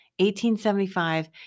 1875